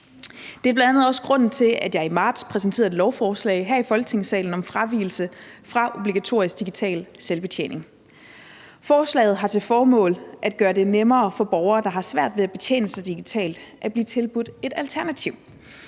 Det er bl.a. også grunden til, at jeg i marts fremsatte et lovforslag her i Folketingssalen om fravigelse fra obligatorisk digital selvbetjening. Forslaget har til formål at gøre det nemmere for borgere, der har svært ved at betjene sig digitalt, at blive tilbudt et alternativ.